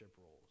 roles